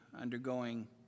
undergoing